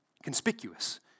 conspicuous